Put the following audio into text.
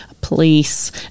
Police